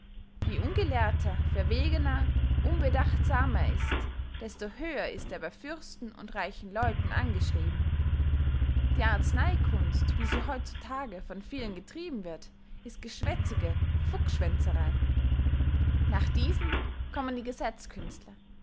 je ungelehrter verwägener unbedachtsamer er ist desto höher ist er bey fürsten und reichen leuten angeschrieben die arzeneykunst wie sie heut zu tage von vielen getrieben wird ist geschwätzige fuchsschwänzerey nach diesen kommen die